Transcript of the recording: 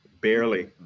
barely